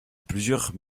plusieurs